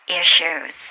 issues